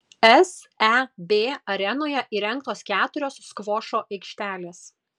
seb arenoje įrengtos keturios skvošo aikštelės